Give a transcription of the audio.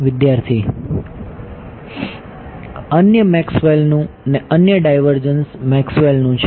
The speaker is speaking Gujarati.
વિદ્યાર્થી અન્ય મેક્સવેલનું ને અન્ય ડાયવર્ઝન મેક્સવેલનું છે